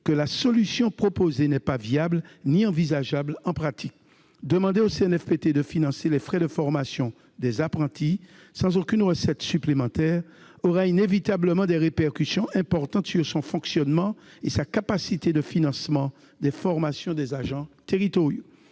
que la solution proposée n'est pas viable ni envisageable en pratique. Demander au CNFPT de financer les frais de formation des apprentis, sans lui apporter aucune recette supplémentaire, aura inévitablement des répercussions importantes sur son fonctionnement et sa capacité de financement des formations des agents territoriaux.